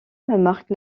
marque